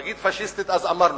להגיד "פאשיסטית", אז אמרנו,